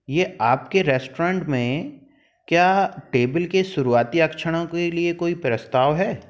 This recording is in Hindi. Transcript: ये आपके रेस्ट्रोरेंट में क्या टेबेल के शुरुआती आरक्षणों के लिए कोई प्रस्ताव है